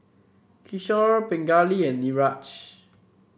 Kishore Pingali and Niraj